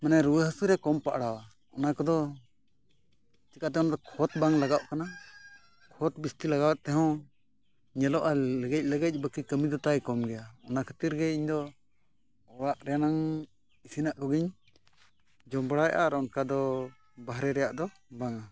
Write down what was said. ᱢᱟᱱᱮ ᱨᱩᱣᱟᱹ ᱦᱟᱹᱥᱩ ᱨᱮ ᱠᱚᱢ ᱯᱟᱜᱲᱟᱣᱟ ᱚᱱᱟ ᱠᱚᱫᱚ ᱪᱮᱠᱟᱛᱮ ᱚᱱᱟ ᱫᱚ ᱠᱷᱚᱛ ᱵᱟᱝ ᱞᱟᱜᱟᱣ ᱠᱟᱱᱟ ᱠᱷᱚᱛ ᱵᱮᱥᱛᱤ ᱞᱟᱜᱟᱣ ᱛᱮ ᱦᱚᱸ ᱧᱮᱞᱚᱜᱼᱟ ᱞᱮᱜᱮᱡ ᱞᱮᱜᱮᱡ ᱵᱟᱹᱠᱤ ᱠᱟᱹᱢᱤ ᱫᱚᱛᱟᱭ ᱠᱚᱢ ᱜᱮᱭᱟ ᱚᱱᱟ ᱠᱷᱟᱹᱛᱤᱨ ᱜᱮ ᱤᱧ ᱫᱚ ᱚᱲᱟᱜ ᱨᱮᱱᱟᱜ ᱤᱥᱤᱱᱟᱜ ᱠᱚᱜᱮᱧ ᱡᱚᱢ ᱵᱟᱲᱟᱭᱮᱜᱼᱟ ᱟᱨ ᱚᱱᱠᱟ ᱫᱚ ᱵᱟᱦᱨᱮ ᱨᱮᱭᱟᱜ ᱫᱚ ᱵᱟᱝ ᱟ